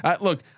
Look